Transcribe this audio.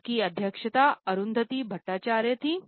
इसकी अध्यक्षता अरुंधति भट्टाचार्य थी